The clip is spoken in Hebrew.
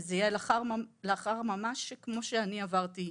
זה יהיה ממש לאחר כמו שאני עברתי,